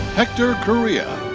hector coria.